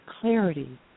clarity